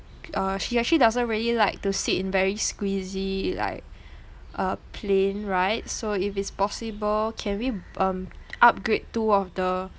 uh she actually doesn't really like to sit in very squeezy like a plane right so if it's possible can we um upgrade two of the